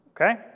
Okay